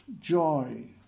joy